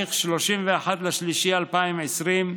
בתאריך 31 במרץ 2020,